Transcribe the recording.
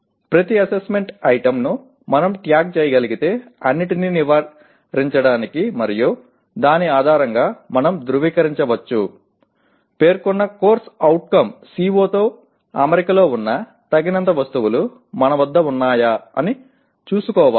ప్రతి అసెస్మెంట్ ఐటెమ్ను మనం ట్యాగ్ చేయగలిగితే అన్నింటినీ నివారించడానికి మరియు దాని ఆధారంగా మనం ధృవీకరించవచ్చు పేర్కొన్న CO తో అమరికలో ఉన్న తగినంత వస్తువులు మన వద్ద ఉన్నాయా అని చూసుకోవాలి